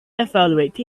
evaluate